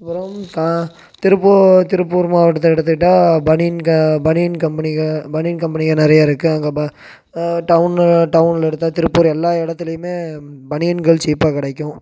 அப்புறம் தான் திருப்பூர் திருப்பூர் மாவட்டத்தை எடுத்துக்கிட்டால் பனியன்கள் பனியன் கம்பெனிகள் பனியன் கம்பெனிங்கள் நிறைய இருக்குது அங்கே ப டவுன் டவுனில் எடுத்தால் திருப்பூர் எல்லா இடத்துலியுமே பனியன்கள் ச்சீப்பாக கிடைக்கும்